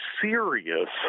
serious